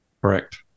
Correct